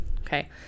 Okay